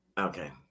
Okay